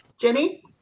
jenny